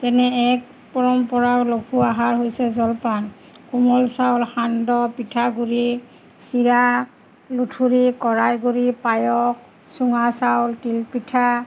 তেনে এক পৰম্পৰাৰ লঘু আহাৰ হৈছে জলপান কোমল চাউল সান্দহ পিঠাগুড়ি চিৰা লুঠুৰি কৰাইগুড়ি পায়স চুঙা চাউল তিলপিঠা